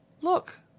Look